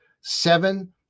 Seven